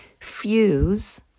fuse